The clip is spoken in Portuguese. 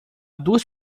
duas